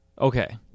Okay